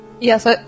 Yes